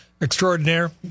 extraordinaire